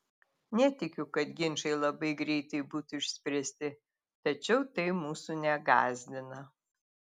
netikiu kad ginčai labai greitai būtų išspręsti tačiau tai mūsų negąsdina